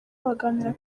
baganira